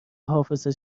حافظه